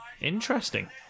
Interesting